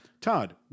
Todd